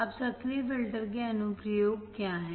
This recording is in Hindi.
अब सक्रिय फ़िल्टर के अनुप्रयोग क्या हैं